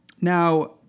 Now